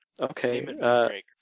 Okay